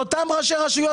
לאותם ראשי רשויות,